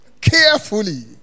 Carefully